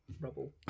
rubble